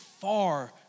far